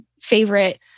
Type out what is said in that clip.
favorite